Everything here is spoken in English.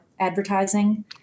advertising